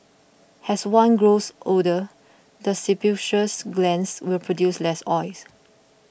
as one grows older the sebaceous glands will produce less oils